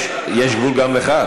יש גבול גם לך.